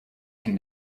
can